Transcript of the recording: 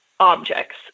Objects